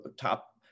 Top